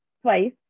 twice